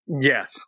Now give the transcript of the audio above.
Yes